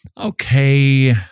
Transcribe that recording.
Okay